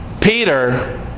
Peter